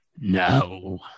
No